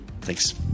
Thanks